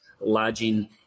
lodging